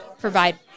provide